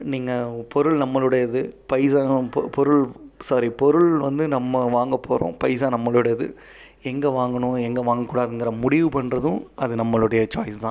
நீங்கள் பொருள் நம்மளுடையது பைசா தான் பொருள் சாரி பொருள் வந்து நம்ம வாங்க போகிறோம் பைசா நம்மளுடையது எங்கே வாங்கணும் எங்கே வாங்கக் கூடாதுங்கிற முடிவு பண்ணுறதும் அது நம்மளுடைய சாய்ஸ் தான்